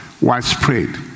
widespread